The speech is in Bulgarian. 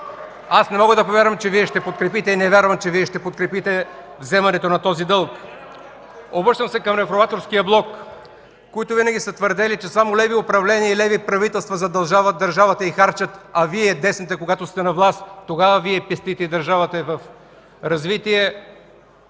не мога да повярвам и не вярвам, че ще подкрепите вземането на този дълг! Обръщам се към Реформаторския блок, които винаги са твърдели, че само леви управления и леви правителства задължават държавата и харчат, а Вие, десните, когато сте на власт – тогава Вие пестите и държавата е в развитие.